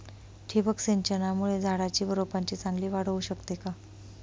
ठिबक सिंचनामुळे झाडाची व रोपांची चांगली वाढ होऊ शकते का?